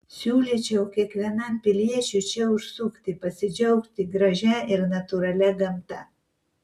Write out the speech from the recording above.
siūlyčiau kiekvienam piliečiui čia užsukti pasidžiaugti gražia ir natūralia gamta